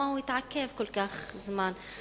למה הוא התעכב כל כך זמן?